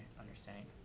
understanding